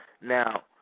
Now